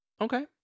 okay